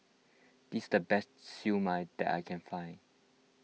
this the best Siew Mai that I can find